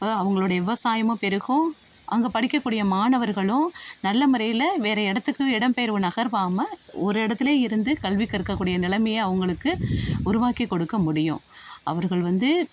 அப்போ அவங்களுடைய விவசாயமும் பெருகும் அங்கே படிக்கக்கூடிய மாணவர்களும் நல்ல முறையில் வேறு இடத்துக்கு இடம்பெயர்வு நகர்வாம ஒரு இடத்துலே இருந்து கல்வி கற்கக்கூடிய நிலமைய அவங்களுக்கு உருவாக்கி கொடுக்க முடியும் அவர்கள் வந்து